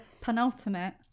penultimate